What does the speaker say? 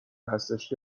هستش